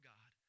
God